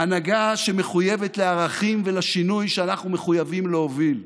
הנהגה שמחויבת לערכים ולשינוי שאנחנו מחויבים להוביל.